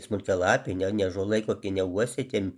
smulkialapiai ne ne ąžuolai kokie ne uosiai tie